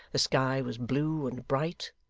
the sky was blue and bright.